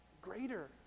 Greater